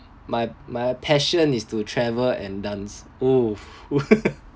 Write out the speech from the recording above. my my passion is to travel and dance oh